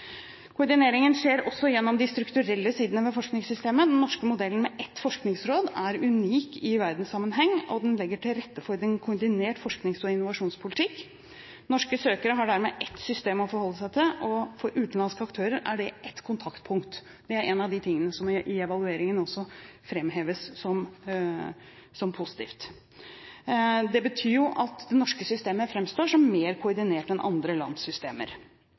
Koordineringen skjer også gjennom de strukturelle sidene ved forskningssystemet. Den norske modellen med ett forskningsråd er unik i verdenssammenheng, og den legger til rette for en koordinert forsknings- og innovasjonspolitikk. Norske søkere har dermed ett system å forholde seg til, og for utenlandske aktører er det ett kontaktpunkt. Det er en av de tingene som i evalueringen også framheves som positivt. Det betyr jo at det norske systemet framstår som mer koordinert enn andre